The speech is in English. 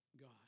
God